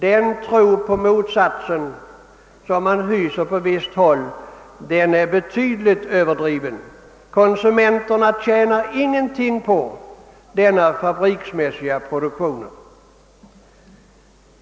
Den tro på motsatsen som man hyser på visst håll är betydligt överdriven; konsumenterna tjänar ingenting på denna fabriksmässiga produktion.